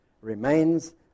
remains